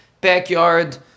backyard